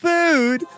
Food